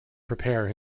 prepare